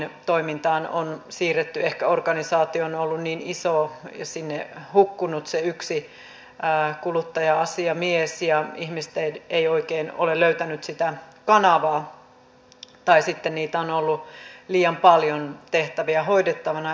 ehkä organisaatio on ollut niin iso ja sinne hukkunut se yksi kuluttaja asiamies ja ihmiset eivät oikein ole löytäneet sitä kanavaa tai sitten on ollut liian paljon tehtäviä hoidettavana